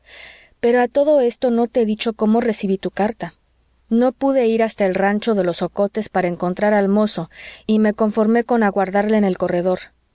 pero a todo esto no te he dicho cómo recibí tu carta no pude ir hasta el rancho de los ocotes para encontrar al mozo y me conformé con aguardarle en el corredor